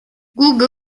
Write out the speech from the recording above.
google